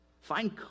Find